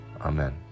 Amen